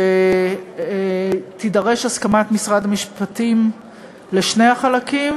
שתידרש הסכמת משרד המשפטים לשני החלקים